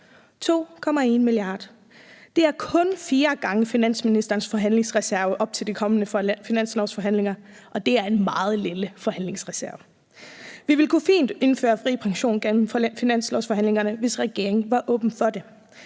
2,1 mia. kr. Det er kun fire gange finansministerens forhandlingsreserve op til de kommende finanslovsforhandlinger, og det er en meget lille forhandlingsreserve. Vi ville fint kunne indføre FriPension gennem finanslovsforhandlingerne, hvis regeringen var åben for det.